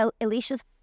Elisha's